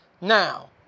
Now